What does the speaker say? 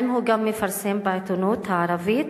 האם הוא גם מפרסם בעיתונות הערבית?